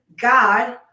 God